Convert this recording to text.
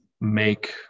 make